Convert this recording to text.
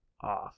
off